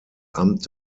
amt